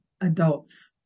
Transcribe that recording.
adults